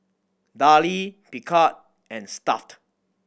Darlie Picard and Stuff'd